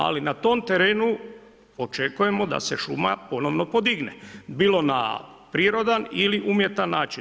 Ali na tom terenu očekujemo da se šuma ponovno podigne, bilo na prirodan ili umjetan način.